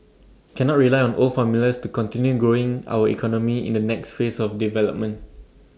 cannot rely on old formulas to continue growing our economy in the next phase of development